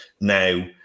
Now